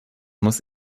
muss